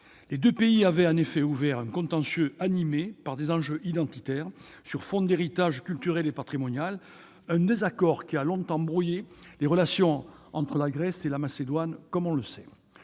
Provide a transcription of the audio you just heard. Les deux pays avaient, en effet, ouvert un contentieux animé par des enjeux identitaires sur fond d'héritage culturel et patrimonial, un désaccord qui a longtemps brouillé les relations entre la Grèce et la Macédoine. Notre collègue